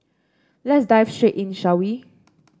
let's dive straight in shall we